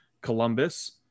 Columbus